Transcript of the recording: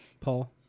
Paul